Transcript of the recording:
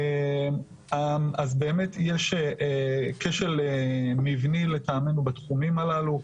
אז באמת יש כשל מבני לטעמנו בתחומים הללו.